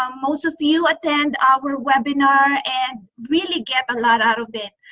um most of you attend our webinar and really get a lot out of it.